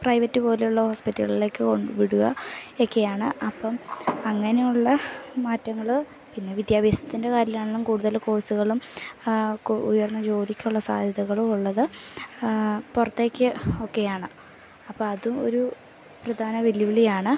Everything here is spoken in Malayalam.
പ്രൈവറ്റ് പോലെയുള്ള ഹോസ്പിറ്റലുകളിലേക്ക് കൊണ്ടു വിടുക ഒക്കെയാണ് അപ്പം അങ്ങനെയുള്ള മാറ്റങ്ങൾ പിന്നെ വിദ്യാഭ്യാസത്തിൻ്റെ കാര്യമാണെങ്കിലും കൂടുതൽ കോഴ്സുകളും ഉയർന്ന ജോലിക്കുള്ള സാധ്യതകളും ഉള്ളത് പുറത്തേക്ക് ഒക്കെയാണ് അപ്പം അതും ഒരു പ്രധാന വെല്ലുവിളിയാണ്